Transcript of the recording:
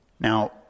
Now